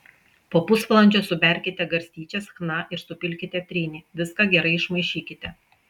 po pusvalandžio suberkite garstyčias chna ir supilkite trynį viską gerai išmaišykite